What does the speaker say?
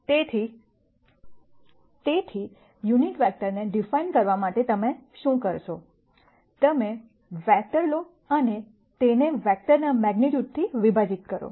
તેથી યુનિટ વેક્ટરને ડિફાઇન કરવા માટે તમે શું કરો તમે વેક્ટર લો અને તેને વેક્ટરના મેગ્નીટ્યૂડથી વિભાજીત કરો